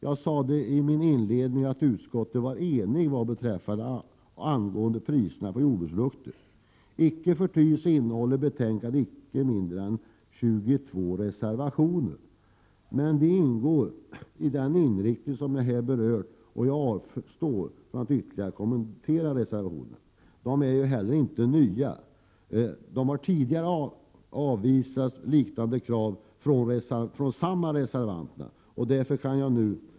Jag sade inledningsvis att utskottet var enigt när det gäller avtalet angående priserna på jordbruksprodukter. Icke förty innehåller betänkandet inte mindre än 22 reservationer. Men dessa har den inriktning som jag här har talat om. Därför avstår jag från att ytterligare kommentera reservationerna. Kraven i reservationerna är inte heller nya. Liknande krav från samma reservanter har tidigare avvisats av riksdagen.